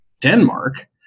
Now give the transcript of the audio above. Denmark